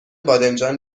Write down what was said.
بادمجان